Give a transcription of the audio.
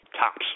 Tops